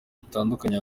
bitandukanye